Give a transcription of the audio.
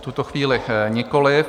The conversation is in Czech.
V tuto chvíli nikoliv.